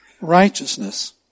righteousness